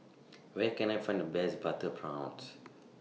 Where Can I Find The Best Butter Prawns